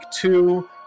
two